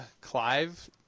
Clive